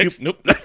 Nope